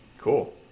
Cool